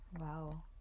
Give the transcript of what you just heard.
Wow